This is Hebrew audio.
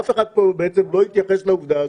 אף אחד פה בעצם לא התייחס לעובדה הזו,